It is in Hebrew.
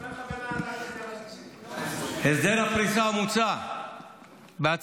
לכן אני --- הסדר הפריסה המוצע בהצעת